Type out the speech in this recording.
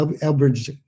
Elbridge